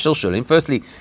Firstly